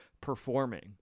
performing